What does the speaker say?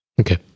Okay